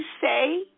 say